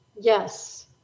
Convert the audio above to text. Yes